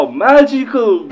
magical